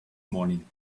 morning